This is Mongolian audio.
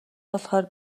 болохоор